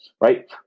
right